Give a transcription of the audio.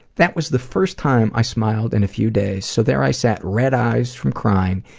that was the first time i smiled in a few days. so there i sat, red eyes from crying,